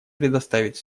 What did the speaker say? предоставить